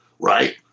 Right